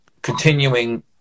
continuing